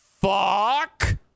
Fuck